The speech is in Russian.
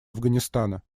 афганистана